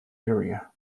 area